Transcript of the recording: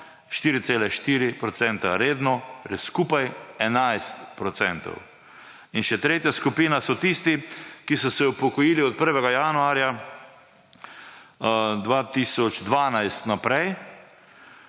4,4 % redno, torej skupaj 11 %. In še tretja skupina so tisti, ki so se upokojili od 1. januarja 2012 naprej.